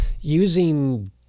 using